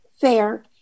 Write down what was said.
fair